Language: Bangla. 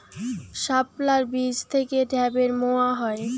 শাপলার বীজ থেকে ঢ্যাপের মোয়া হয়?